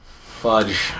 Fudge